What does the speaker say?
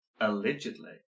Allegedly